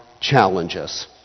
challenges